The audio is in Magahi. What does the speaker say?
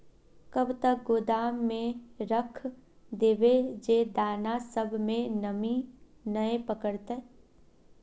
कब तक गोदाम में रख देबे जे दाना सब में नमी नय पकड़ते?